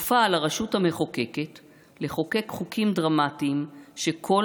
כופה על הרשות המחוקקת לחוקק חוקים דרמטיים שכל